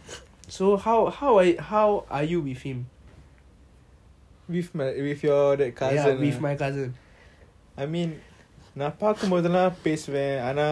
with your with your that cousin ah I mean நான் பாக்கும் போதுலாம் பேசுவான் ஆனா